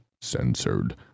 censored